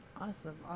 Awesome